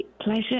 pleasure